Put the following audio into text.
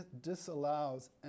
disallows